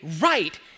right